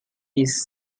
his